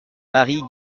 marie